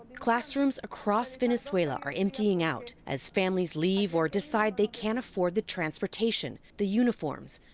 classrooms across venezuela are emptying out, as families leave or decide they can't afford the transportation, the uniforms,